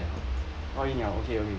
log in liao